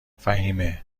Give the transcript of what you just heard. فهیمه